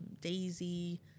Daisy